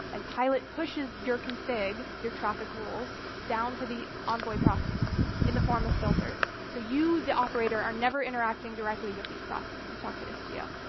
and pilot pushes your config, your traffic rules down to the envoy proxies in the form of filters. so you, the operator, are never interacting directly with these proxies. you talk to istio,